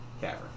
cavern